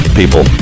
people